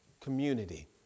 community